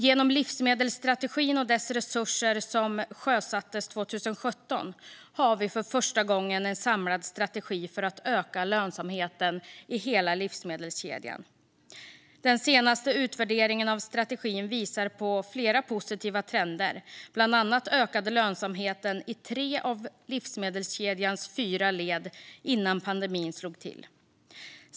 Genom livsmedelsstrategin, som sjösattes 2017, och dess resurser har vi för första gången en samlad strategi för att öka lönsamheten i hela livsmedelskedjan. Den senaste utvärderingen av strategin visar på flera positiva trender. Bland annat ökade lönsamheten i tre av livsmedelskedjans fyra led innan pandemin slog till.